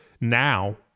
now